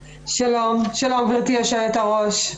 שלום, גברתי יושבת הראש.